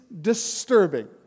disturbing